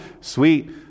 sweet